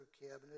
cabinet